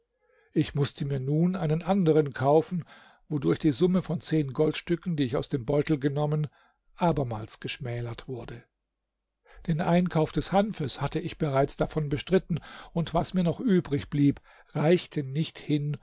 ich mußte mir nun einen anderen kaufen wodurch die summe von zehn goldstücken die ich aus dem beutel genommen abermals geschmälert wurde den einkauf des hanfes hatte ich bereits davon bestritten und was mir noch übrig blieb reichte nicht hin